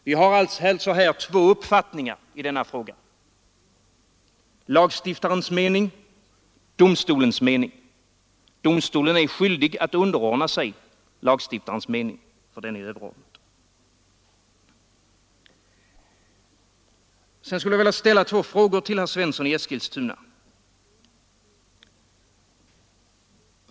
Vi har här alltså två uppfattningar i denna fråga: Lagstiftarens mening och domstolens mening. Domstolen är skyldig att underordna sig lagstiftarens mening, för den är överordnad.